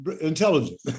intelligent